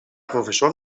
professor